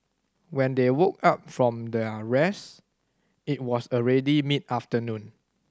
when they woke up from their rest it was already mid afternoon